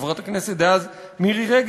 חברת הכנסת דאז מירי רגב.